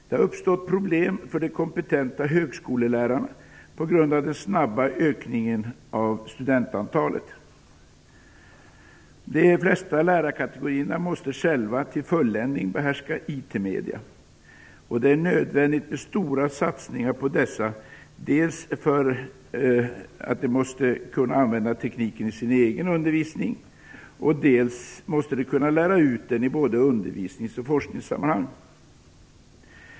Det har uppstått problem för de kompetenta högskolelärarna på grund av den snabba ökningen av studentantalet. De flesta lärarkategorier måste själva till fulländning behärska IT-medierna. Det är nödvändigt med stora satsningar på dessa, dels för att de måste kunna använda tekniken i sin egen undervisning och dels för att de måste kunna lära ut den i både undervisningsoch forskningssammanhang.